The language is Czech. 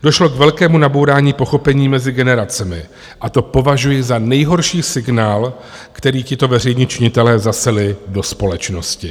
Došlo k velkému nabourání pochopení mezi generacemi a to považuji za nejhorší signál, který tito veřejní činitelé zaseli do společnosti.